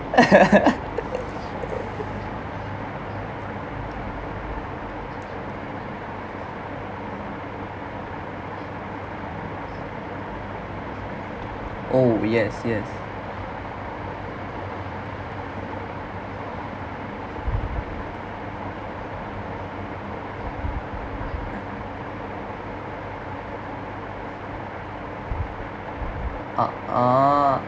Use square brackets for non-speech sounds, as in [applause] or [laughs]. [laughs] oh yes yes ah ah